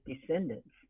descendants